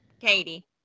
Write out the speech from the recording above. Katie